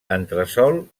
entresòl